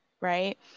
right